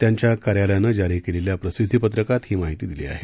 त्यांच्या कार्यालयामार्फत जारी केलेल्या प्रसिदधी पत्रकात ही माहिती दिली आहे